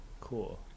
Cool